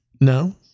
No